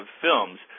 films